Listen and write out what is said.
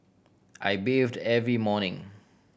I bathe the every morning